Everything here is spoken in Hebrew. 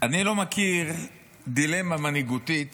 אני לא מכיר דילמה מנהיגותית